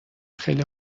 خیلی